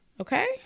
okay